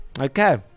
okay